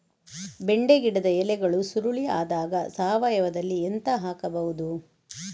ಬೆಂಡೆ ಗಿಡದ ಎಲೆಗಳು ಸುರುಳಿ ಆದಾಗ ಸಾವಯವದಲ್ಲಿ ಎಂತ ಹಾಕಬಹುದು?